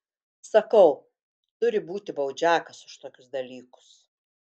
sakau turi būti baudžiakas už tokius dalykus